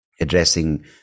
addressing